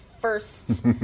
first